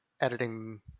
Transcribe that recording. editing